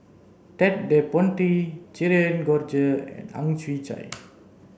Ted De Ponti Cherian George and Ang Chwee Chai